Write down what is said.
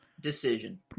decision